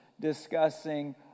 Discussing